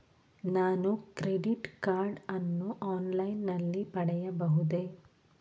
ನಾನು credit card ಅನ್ನು online ನಲ್ಲಿ ಪಡೆಯಬಹುದೇ?